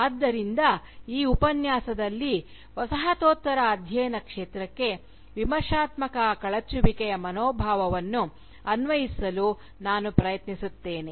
ಆದ್ದರಿಂದ ಈ ಉಪನ್ಯಾಸದಲ್ಲಿ ವಸಾಹತೋತ್ತರ ಅಧ್ಯಯನ ಕ್ಷೇತ್ರಕ್ಕೆ ವಿಮರ್ಶಾತ್ಮಕ ಕಳಚುವಿಕೆಯ ಮನೋಭಾವವನ್ನು ಅನ್ವಯಿಸಲು ನಾನು ಪ್ರಯತ್ನಿಸುತ್ತೇನೆ